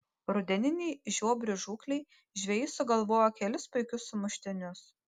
rudeninei žiobrių žūklei žvejai sugalvojo kelis puikius sumuštinius